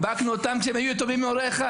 חיבקנו אותם כשהם היו יתומים מהורה אחד.